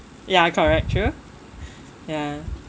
ya correct true ya